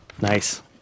Nice